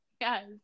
yes